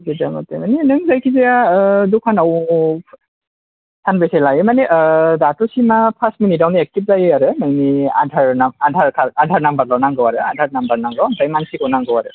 निजा मथे माने नों जायखिजाया द'खानाव सानबेसे लायो माने ओ दाथ' सिमा फास मिनिटआवनो एकटिभ जायो आरो नोंनि आधार नाम आधार कार्द आधार नाम्बारल' नांगौ आरो आधार नाम्बार नांगौ ओमफ्राय मानसिखौ नांगौ आरो